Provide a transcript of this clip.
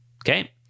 Okay